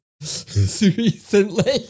recently